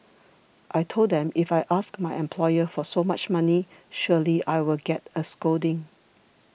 I told them if I ask my employer for so much money surely I will get a scolding